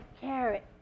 carrot